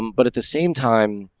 but at the same time,